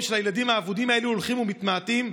של הילדים האבודים האלו הולכים ומתמעטים,